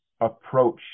approach